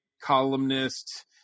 columnist